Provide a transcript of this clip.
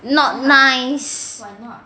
not nice